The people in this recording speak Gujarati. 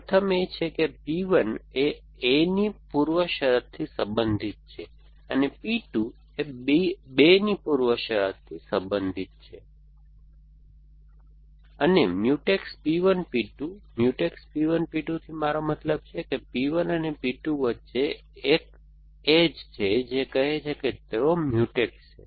પ્રથમ એ છે કે P 1 એ 1 ની પૂર્વશરતથી સંબંધિત છે અને p 2 એ 2 ની પૂર્વશરતથી સંબંધિત છે અને mutex P 1 P 2 mutex P 1 P 2 થી મારો મતલબ છે કે P 1 અને P 2 વચ્ચે એક એજ છે જે કહે છે કે તેઓ મ્યુટેક્સ છે